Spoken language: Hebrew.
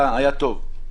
היה טוב.